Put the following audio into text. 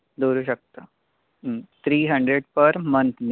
दवरूंक शकता three hundred per month नी